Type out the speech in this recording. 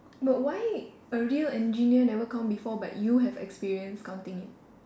but why a real engineer never count before but you have experience counting it